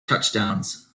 touchdowns